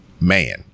man